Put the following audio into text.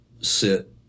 sit